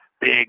big